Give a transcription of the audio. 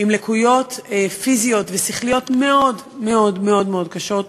עם לקויות פיזיות ושכליות מאוד מאוד קשות,